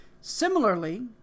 Similarly